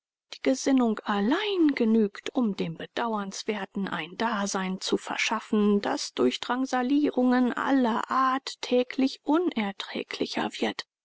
die gesinnung allein genügt um dem bedauernswerten ein dasein zu verschaffen das durch drangsalierungen aller art täglich unerträglicher wird